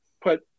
put